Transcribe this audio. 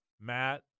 Matt